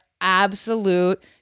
absolute